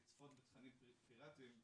לצפות בתכנים פיראטים,